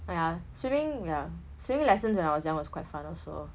ya swimming ya swimming lessons when I was young was quite fun also